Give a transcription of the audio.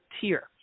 tier